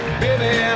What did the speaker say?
baby